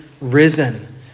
risen